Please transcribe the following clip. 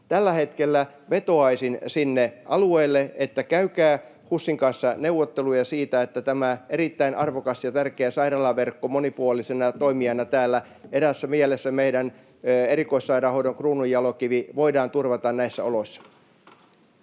Tällä hetkellä vetoaisin sinne alueille, että käykää HUSin kanssa neuvotteluja siitä, että tämä erittäin arvokas ja tärkeä sairaalaverkko monipuolisena toimijana täällä — eräässä mielessä meidän erikoissairaanhoidon kruununjalokivi — voidaan turvata näissä oloissa.